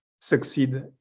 succeed